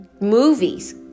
movies